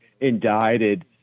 indicted